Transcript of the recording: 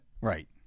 Right